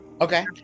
Okay